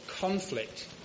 conflict